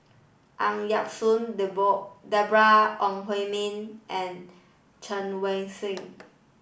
Ang Yau Choon Deborah Ong Hui Min and Chen Wen Hsi